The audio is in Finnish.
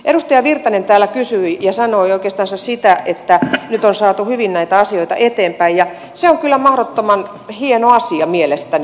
edustaja virtanen täällä kysyi ja sanoi oikeastansa sitä että nyt on saatu hyvin näitä asioita eteenpäin ja se on kyllä mahdottoman hieno asia mielestäni